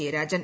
Jayarajan